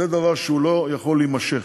זה דבר שלא יכול להימשך.